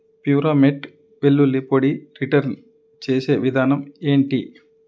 ప్యూరామేట్ వెల్లుల్లి పొడి రిటర్న్ చేసే విధానం ఏంటి